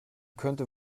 könnte